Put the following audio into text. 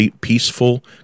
peaceful